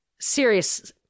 serious